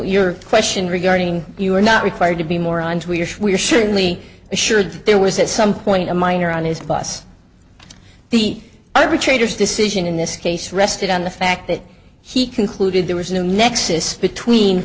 your question regarding you are not required to be more onto your schweder surely assured there was at some point a minor on his bus the arbitrator's decision in this case rested on the fact that he concluded there was no nexus between